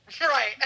Right